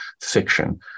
fiction